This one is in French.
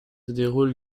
déroule